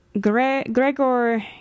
Gregor